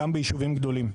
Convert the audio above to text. גם ביישובים גדולים.